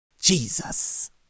Jesus